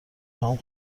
هام